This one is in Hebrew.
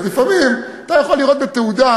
לפעמים אתה יכול לראות בתעודה: